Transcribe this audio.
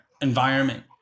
environment